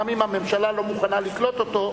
גם אם הממשלה לא מוכנה לקלוט אותו,